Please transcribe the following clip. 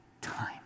time